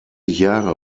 jahre